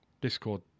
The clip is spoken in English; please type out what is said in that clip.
Discord